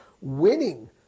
winning